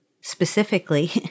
specifically